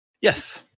Yes